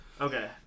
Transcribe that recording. Okay